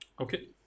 Okay